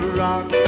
rock